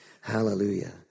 Hallelujah